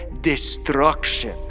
destruction